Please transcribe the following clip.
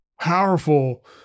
powerful